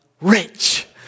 rich